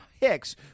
Hicks